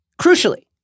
crucially